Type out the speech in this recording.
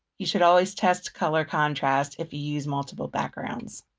you should always test color contrast if you use multiple backgrounds.